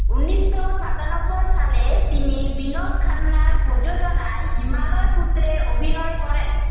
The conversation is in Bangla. উনিশশো সাতানব্বই সালে তিনি বিনোদ খান্নার প্রযোজনায় হিমালয় পুত্রে অভিনয় করেন